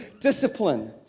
discipline